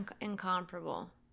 incomparable